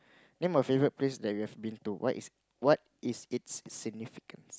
name a favorite place that you have been to what is what is it's significance